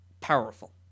powerful